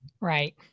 Right